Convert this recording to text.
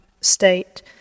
state